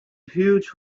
huge